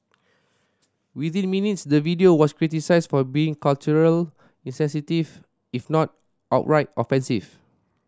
within minutes the video was criticised for being culturally insensitive if not outright offensive